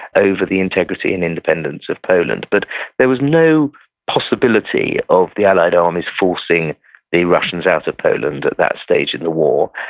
over the integrity and independence of poland. but there was no possibility of the allied armies forcing the russians out of poland at that stage in the war,